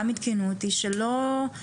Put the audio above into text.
גם עדכנו אותי שלא,